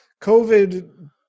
COVID